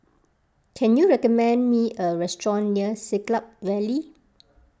can you recommend me a restaurant near Siglap Valley